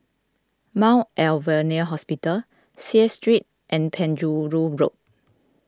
Mount Alvernia Hospital Seah Street and Penjuru Road